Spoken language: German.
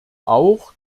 auch